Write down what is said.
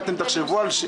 מיליארד.